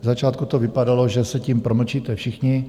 V začátku to vypadalo, že se tím promlčíte všichni.